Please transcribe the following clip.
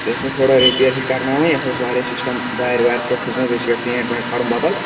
یہِ ٲس مےٚ تھوڑا رپیر ہِش کرناوٕنۍ یَتھ اوس واریاہ سِسٹم دارِ وارِ چھِ یتھ پھُچمژٕ بیٚیہِ چھُ یتھ پینٛٹ وینٛٹ کرُن بدل